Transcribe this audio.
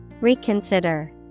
Reconsider